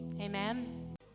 amen